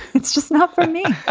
it's just not for me